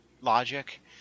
logic